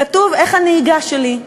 כתוב: "איך הנהיגה שלי?".